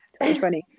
2020